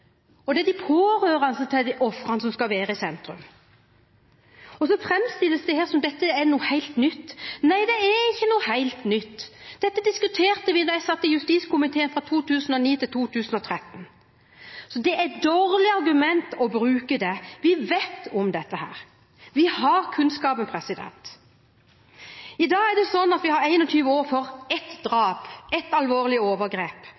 ofrene – og de pårørende til ofrene – som skal være i sentrum. Så framstilles det her som om dette er noe helt nytt. Nei, det er ikke noe helt nytt, dette diskuterte vi da jeg satt i justiskomiteen fra 2009 til 2013, så det er et dårlig argument å bruke det. Vi vet om dette – vi har kunnskaper. I dag har vi 21 år for ett drap, ett alvorlig overgrep,